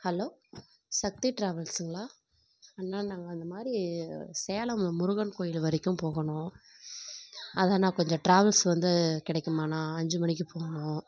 hello Sakthi டிராவல்ஸுங்களா அண்ணா நாங்கள் இந்த மாதிரி சேலம் முருகன் கோயில் வரைக்கும் போகணும் அதாண்ணா கொஞ்சம் டிராவல்ஸ் வந்து கிடைக்குமாண்ணா அஞ்சு மணிக்கி போகணும்